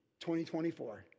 2024